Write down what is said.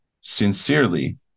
Sincerely